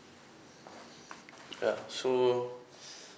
ya so